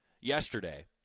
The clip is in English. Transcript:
yesterday